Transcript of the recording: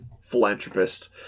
philanthropist